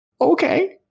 okay